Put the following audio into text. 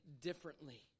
differently